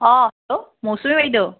অঁ হেল্ল' মৌচুমী বাইদেউ